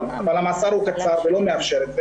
אבל המאסר הוא קצר ולא מאפשר את זה,